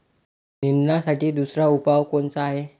निंदनासाठी दुसरा उपाव कोनचा हाये?